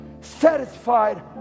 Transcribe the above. satisfied